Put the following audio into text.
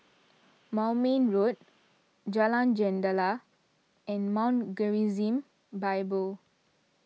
Moulmein Road Jalan Jendela and Mount Gerizim Bible